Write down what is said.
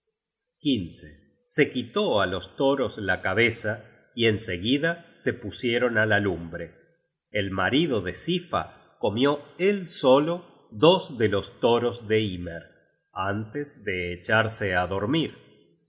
se quitó á los toros la cabeza y en seguida se pusieron á la lumbre el marido de sifa comió él solo dos de los toros de hymer antes de echarse á dormir